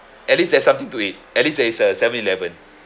at least there's something to it at least there is a seven eleven